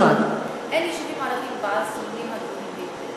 ערביים בעשירונים הגבוהים יותר.